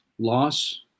Loss